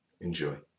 Enjoy